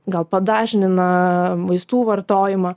gal padažnina vaistų vartojimą